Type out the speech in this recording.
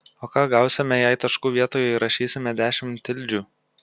o ką gausime jei taškų vietoje įrašysime dešimt tildžių